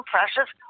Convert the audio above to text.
Precious